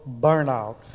burnout